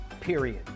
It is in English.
period